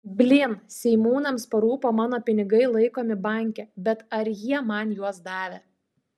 blyn seimūnams parūpo mano pinigai laikomi banke bet ar jie man juos davė